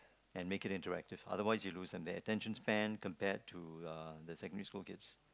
and make it interactive otherwise you lose their attention span compared to uh the secondary school kids